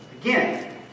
Again